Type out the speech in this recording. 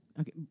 Okay